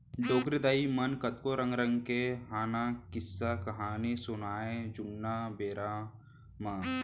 डोकरी दाइ मन कतको रंग रंग के हाना, किस्सा, कहिनी सुनावयँ जुन्ना बेरा म